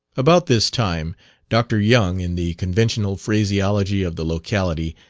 about this time dr. young, in the conventional phraseology of the locality,